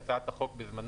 על סדר-היום הצעת חוק הגז (בטיחות ורישוי)